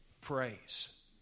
praise